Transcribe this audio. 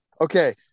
Okay